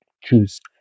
choose